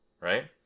Right